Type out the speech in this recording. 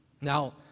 Now